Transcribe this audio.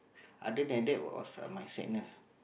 other than that was uh my sadness